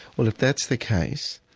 well if that's the case,